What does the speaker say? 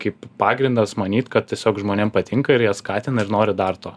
kaip pagrindas manyt kad tiesiog žmonėm patinka ir jie skatina ir nori dar to